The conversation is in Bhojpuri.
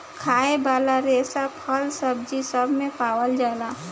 खाए वाला रेसा फल, सब्जी सब मे पावल जाला